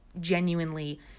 genuinely